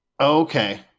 Okay